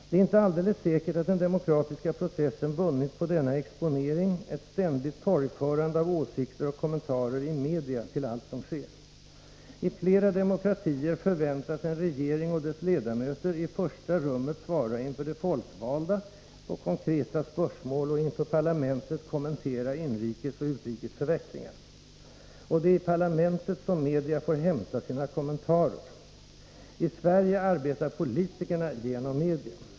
Det är inte alldeles säkert att den demokratiska processen vunnit på denna exponering -— ett ständigt torgförande av åsikter och kommentarer i media till allt som sker. I flera demokratier förväntas en regering och dess ledamöter i första rummet svara inför de folkvalda på konkreta spörsmål och inför parlamentet kommentera inrikes och utrikes förvecklingar. Och det är i parlamentet som media får hämta sina kommentarer. I Sverige arbetar politikerna genom media.